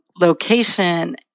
location